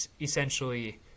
essentially